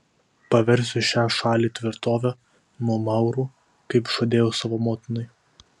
paversiu šią šalį tvirtove nuo maurų kaip žadėjau savo motinai